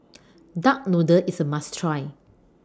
Duck Noodle IS A must Try